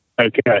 Okay